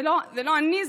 זה לא אני,